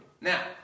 Now